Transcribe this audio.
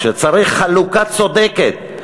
שצריך חלוקה צודקת,